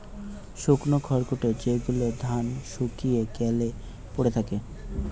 শুকনো খড়কুটো যেগুলো ধান শুকিয়ে গ্যালে পড়ে থাকে